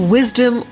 Wisdom